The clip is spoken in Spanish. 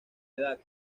edad